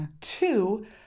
Two